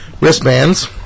wristbands